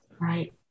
right